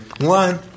One